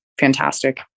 fantastic